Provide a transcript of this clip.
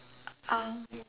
um